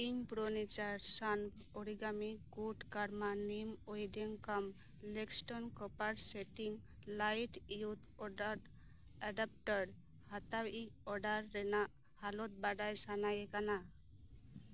ᱤᱧ ᱯᱨᱳᱱᱮᱪᱟᱨ ᱥᱟᱱ ᱚᱨᱤᱜᱟᱢᱤ ᱠᱳᱰ ᱠᱟᱨᱢᱟᱱᱤ ᱳᱭᱮᱰᱤᱝ ᱠᱟᱢ ᱞᱮᱜᱽᱥᱴᱚᱱ ᱠᱚᱯᱟᱨ ᱥᱮᱴᱤᱝ ᱞᱟᱭᱤᱴ ᱤᱭᱩᱛᱷ ᱳᱰᱟᱨ ᱮᱰᱟᱯᱴᱟᱨ ᱦᱟᱛᱟᱭᱤᱡ ᱳᱰᱟᱨ ᱨᱮᱱᱟᱜ ᱦᱟᱞᱚᱛ ᱵᱟᱰᱟᱭ ᱥᱟᱱᱟᱭᱮ ᱠᱟᱱᱟ